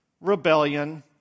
Rebellion